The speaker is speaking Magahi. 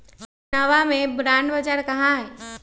पटनवा में बॉण्ड बाजार कहाँ हई?